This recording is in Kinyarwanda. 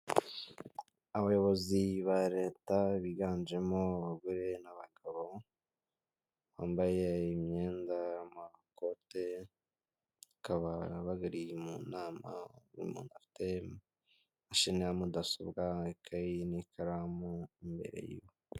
Abayobozi ba leta biganjemo abagore n'abagabo, bambaye imyenda amakote, bakaba bari mu nama buri muntu afite imashini ya mudasobwa ikayi n'ikaramu imbere ye.